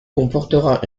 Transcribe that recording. comportera